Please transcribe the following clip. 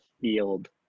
field